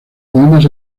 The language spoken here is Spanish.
poemas